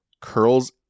curls